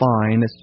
fine